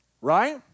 right